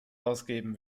ausgeben